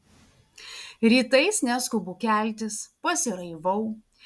rytais neskubu keltis pasiraivau